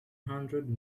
hundred